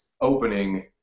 opening